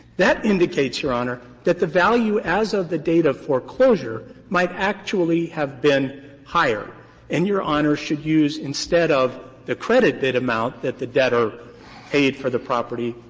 that indicates, your honor, that the value as of the date of foreclosure might actually have been higher and your honor should use, instead of the credit bid amount that the debtor paid for the property,